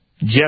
Jeff